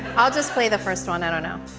i'll just play the first one. i don't know.